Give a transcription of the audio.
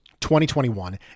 2021